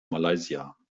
malaysia